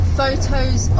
photos